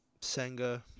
Senga